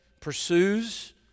pursues